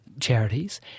charities